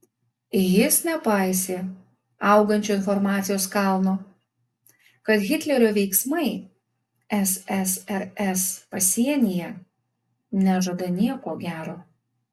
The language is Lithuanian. jis nepaisė augančio informacijos kalno kad hitlerio veiksmai ssrs pasienyje nežada nieko gero